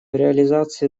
реализации